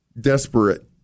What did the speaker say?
desperate